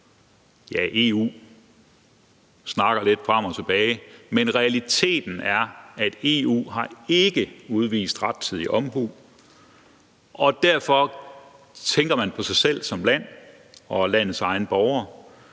Ja, EU snakker lidt frem og tilbage, men realiteten er, at EU ikke har udvist rettidig omhu, og derfor tænker man på sig selv som land og på landets egne borgere,